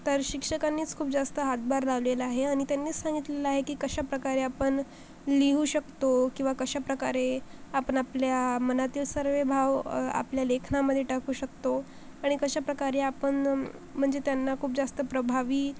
तर शिक्षकांनीच खूप जास्त हातभार लावलेला आहे आणि त्यांनीच सांगितलेलं आहे की कशाप्रकारे आपण लिहू शकतो किंवा कशाप्रकारे आपण आपल्या मनातील सर्व भाव आपल्या लेखनामध्ये टाकू शकतो आणि कशाप्रकारे आपण म्हणजे त्यांना खूप जास्त प्रभावी